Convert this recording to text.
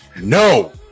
No